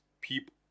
people